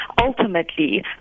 ultimately